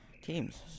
teams